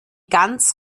ganz